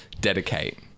dedicate